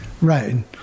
Right